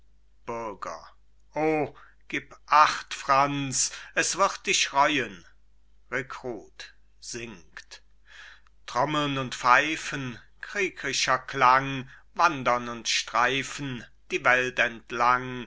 o gib acht franz es wird dich reuen rekrut singt trommeln und pfeifen kriegrischer klang wandern und streifen die welt entlang